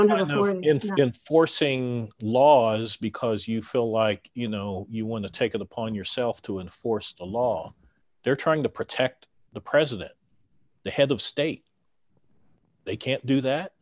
who had an interest in forcing laws because you feel like you know you want to take it upon yourself to enforce the law they're trying to protect the president the head of state they can't do that